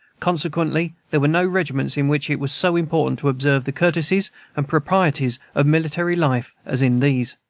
consequently there were no regiments in which it was so important to observe the courtesies and proprieties of military life as in these.